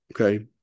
okay